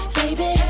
baby